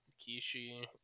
Kishi